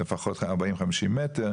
לפחות 40-50 מטר,